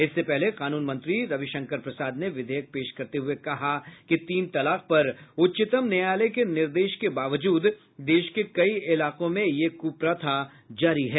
इससे पहले कानून मंत्री रविशंकर प्रसाद ने विधेयक पेश करते हुए कहा कि तीन तलाक पर उच्चतम न्यायालय के निर्देश के बावजूद देश के कई इलाकों में यह कुप्रथा जारी है